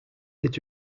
est